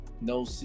no